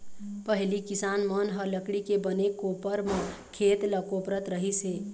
पहिली किसान मन ह लकड़ी के बने कोपर म खेत ल कोपरत रहिस हे